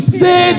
say